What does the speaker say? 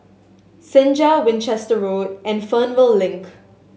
Senja Winchester Road and Fernvale Link